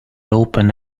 open